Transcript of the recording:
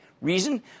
Reason